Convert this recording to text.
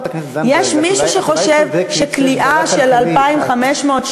יש מישהו שחושב שכליאה של 2,500,